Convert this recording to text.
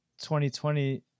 2020